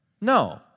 No